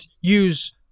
use